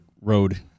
road